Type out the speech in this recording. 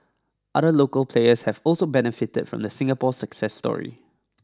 other local players have also benefited from the Singapore success story